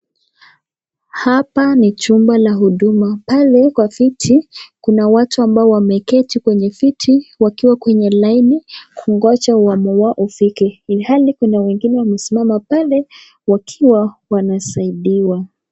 Hapa ni jumba la huduma, pale kwa viti kuna watu ambao wameketi kwenye viti wakiwa kwenye laini kungoja awamu yao ufike, ilhali kuna wengine wamesimama pale wakiwa wanasaidiwa.